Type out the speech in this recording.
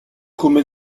come